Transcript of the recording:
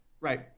Right